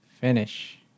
finish